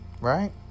Right